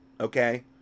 okay